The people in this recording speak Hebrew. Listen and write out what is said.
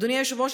אדוני היושב-ראש,